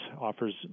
offers